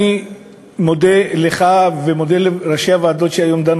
אני מודה לך ומודה לראשי הוועדות שהיום דנו